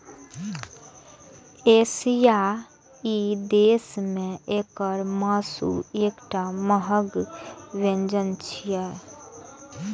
एशियाई देश मे एकर मासु एकटा महग व्यंजन छियै